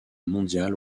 mondiale